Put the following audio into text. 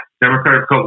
Democratic